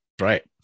Right